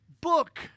book